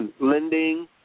lending